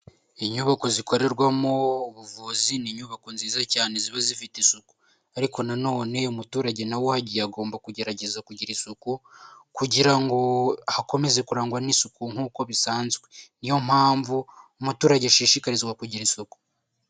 Inyubako zikorerwamo ubuvuzi ni inyubako nziza cyane ziba zifite isuku, ariko nano umuturage nawe uhagiye agomba kugerageza kugira isuku, kugira ngo hakomeze kurangwa n'isuku nk'uko bisanzwe, niyo mpamvu umuturage ashishikarizwa kugira isuku.